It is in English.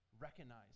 recognize